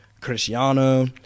Cristiano